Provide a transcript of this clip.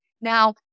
Now